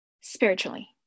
spiritually